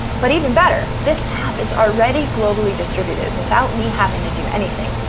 but even better, this app is already globally distributed without me having to do anything.